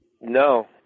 No